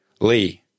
Lee